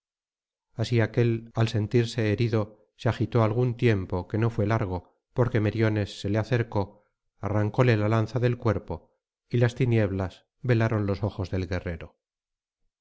así aquél al sentirse herido se agitó algún tiempo que no fué largo porque meriones se le acercó arrancóle la lanza del cuerpo y las tinieblas velaron los ojos del guerrero